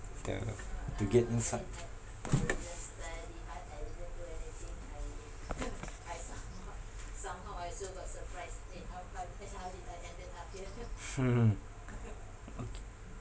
the to get inside okay